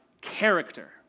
character